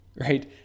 right